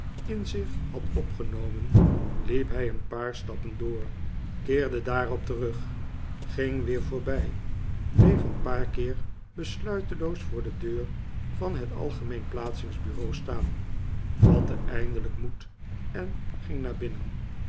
in zich had opgenomen liep hij een paar stappen door keerde daarop terug ging weer voorbij bleef een paar keer besluiteloos voor de deur van het algemeene plaatsingbureau staan vatte eindelijk moed en ging naar binnen